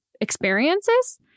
experiences